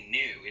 new